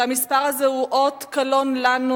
שהמספר הזה הוא אות קלון לנו,